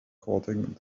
causing